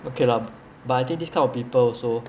okay lah but I think this kind of people also